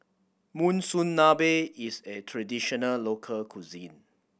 monsunabe is a traditional local cuisine